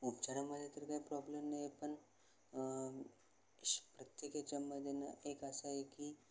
उपचारामध्ये तर काही प्रॉब्लेम नाही आहे पण श् प्रत्येक ह्याच्यामध्ये न एक असा आहे की